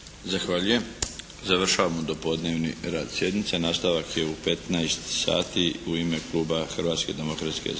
Zahvaljujem. Završavamo dopodnevni rad sjednice. Nastavak je u 15 sati. U ime Kluba Hrvatske demokratske